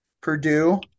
Purdue